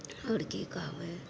आओर की कहबै